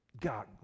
God